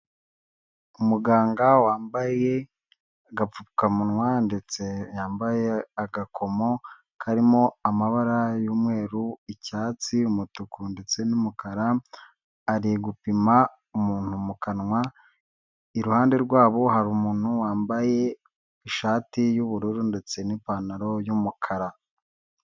Umuganga wambaye agapfukamunwa ndetse yambaye agakomo karimo amabara y'umweru, icyatsi, umutuku ndetse n'umukara, ari gupima umuntu mu kanwa, iruhande rwabo hari umuntu wambaye ishati y'ubururu ndetse n'ipantaro y’umukara.